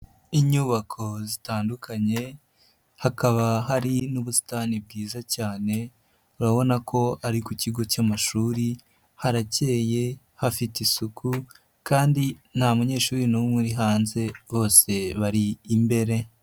Inyubako zitandukanye hakaba hari n'ubusitani bwiza cyane urabona ko ari ku kigo cy'amashuri haracyeye hafite isuku kandi nta munyeshuri n'umwe uri hanze bose bari imbere.